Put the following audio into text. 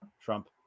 Trump